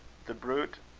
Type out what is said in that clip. the bruit